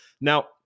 Now